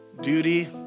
duty